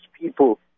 people